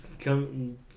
Come